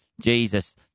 Jesus